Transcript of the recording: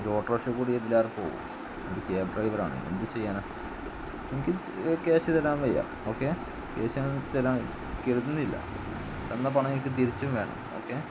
ഒരു ഓട്ടോറിക്ഷ കൂടി ഇതില്ലാതെ പോകും അത് കാർ ഡ്രൈവറാണ് എന്ത് ചെയ്യാനാണ് എനിക്ക് ക്യാഷ് തരാൻ വയ്യ ഓക്കേ ക്യാഷ് തരാൻ കരുതുന്നില്ല തന്ന പണം എനിക്ക് തിരിച്ചും വേണം ഓക്കേ